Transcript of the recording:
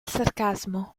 sarcasmo